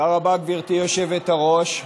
גברתי היושבת-ראש.